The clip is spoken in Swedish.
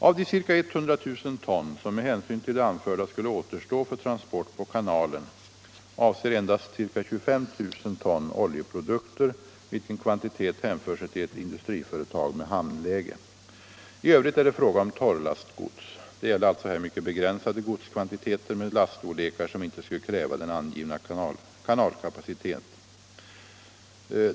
Av de ca 100 000 ton som med hänsyn till det anförda skulle återstå för transport på kanalen avser endast ca 25 000 ton oljeprodukter, vilken kvantitet hänför sig till ett industriföretag med hamnläge. I övrigt är det fråga om torrlastgods. Det gäller alltså här mycket begränsade godskvantiteter med laststorlekar som inte skulle kräva den angivna kanalkapaciteten.